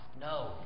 No